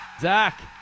Zach